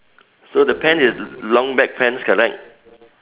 so the pants is long black pants correct